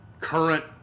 current